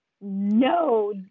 No